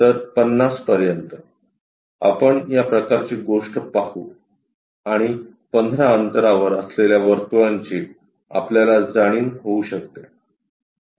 तर 50 पर्यंत आपण या प्रकारची गोष्ट पाहू आणि पंधरा अंतरावर असलेल्या या वर्तुळांची आपल्याला जाणीव होऊ शकते